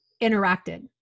Interacted